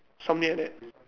something like that